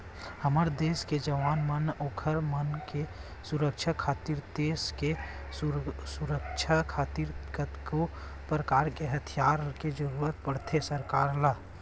हमर देस के जवान मन बर ओखर मन के सुरक्छा खातिर देस के सुरक्छा खातिर कतको परकार के हथियार ले के जरुरत पड़थे सरकार ल